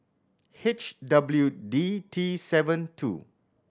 H W D T seven two